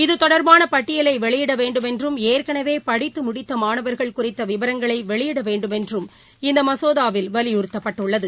இது தொடர்பான பட்டியலை வெளியிட வேண்டுமென்றும் ஏற்கனவே படித்து முடித்த மாணவர்கள் குறித்த விவரங்களை வெளியிட வேண்டுமென்றும் இந்த மசோதாவில் வலியுறுத்தப்பட்டுள்ளது